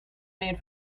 made